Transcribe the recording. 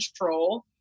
control